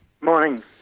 Morning